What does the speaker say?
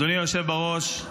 אדוני היושב בראש,